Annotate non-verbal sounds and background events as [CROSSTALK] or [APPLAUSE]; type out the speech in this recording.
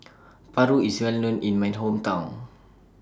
[NOISE] Paru IS Well known in My Hometown